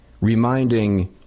reminding